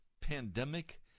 pandemic